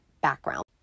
background